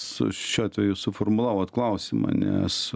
su šiuo atveju suformulavot klausimą nes